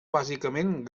bàsicament